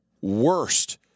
worst